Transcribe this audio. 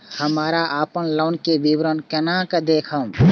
हमरा अपन लोन के विवरण केना देखब?